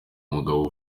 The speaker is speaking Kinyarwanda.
umugabo